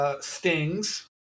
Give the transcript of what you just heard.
stings